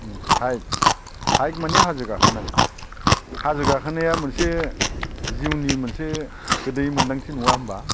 हाइक हाइक माने हाजो गाखोनाय हाजो गाखोनाया मोनसे जिउनि मोनसे गोदै मोन्दांथि नङा होमबा